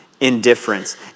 Indifference